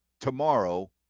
tomorrow